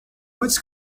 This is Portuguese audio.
antes